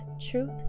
truth